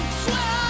swear